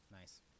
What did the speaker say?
Nice